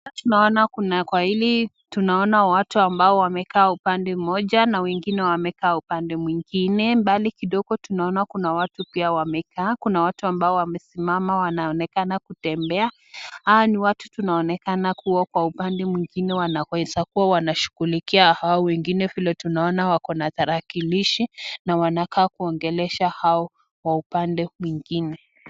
Tunaona kuna kwa hili tunaona watu ambao wamekaa upande moja na wengine wamekaa upande mwingine. Mbali kidogo tunaona kuna watu pia wamekaa. Kuna watu ambao wamesimama wanaonekana kutembea. Hawa ni watu tunaonekana kuwa kwa upande mwingine wanaweza kuwa wanashughulikia hao wengine vile tunaona wako na tharakilishi na wanakaa kuongelesha hao wa upande mwingine.